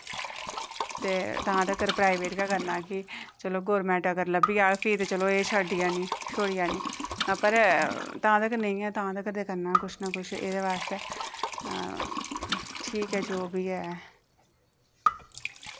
ते तां तगर प्राईवेट गै करना की गौरमेंट अगर लब्भी जाह्ग ते भी एह् छड्डी देनी छोड़ी जानी ते तां तगर नेईं ऐ तां तगर करना कुछ ना कुछ एह्दे बास्तै ठीक ऐ जो बी ऐ